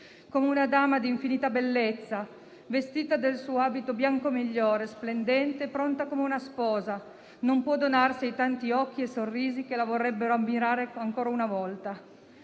Come una dama di infinita bellezza, vestita del suo abito bianco migliore, splendente e pronta come una sposa, non può donarsi ai tanti occhi e sorrisi che la vorrebbero ammirare ancora una volta.